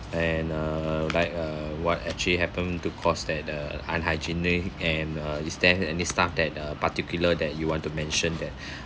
and uh like uh what actually happened to cause that uh unhygienic and uh is there any staff that uh particular that you want to mention that